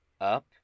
up